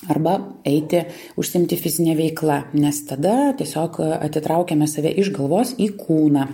arba eiti užsiimti fizine veikla nes tada tiesiog atitraukiame save iš galvos į kūną